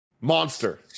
Monster